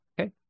Okay